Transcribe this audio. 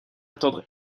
attendre